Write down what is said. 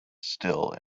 still